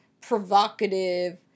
provocative